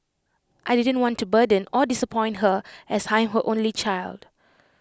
I didn't want to burden or disappoint her as I'm her only child